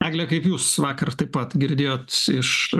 egle kaip jūs vakar taip pat girdėjot iš